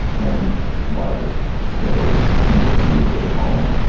and why is it so unbelievably appalling?